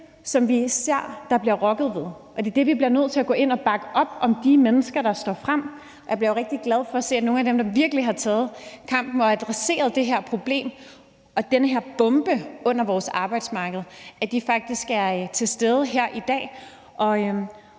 som vi ser at der bliver rokket ved, og det er dér, vi bliver nødt til at gå ind og bakke op om de mennesker, der står frem. Og det mener jeg at vi skal tage meget alvorligt. Jeg bliver jo rigtig glad for at se, at nogle af dem, der virkelig har taget kampen og adresseret det her problem og denne her bombe under vores arbejdsmarked, faktisk er til stede her i dag.